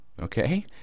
okay